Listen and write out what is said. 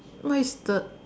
what is the